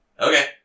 Okay